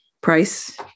price